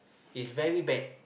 is very bad